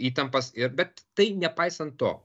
įtampas ir bet tai nepaisant to